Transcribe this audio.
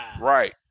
right